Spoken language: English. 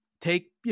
take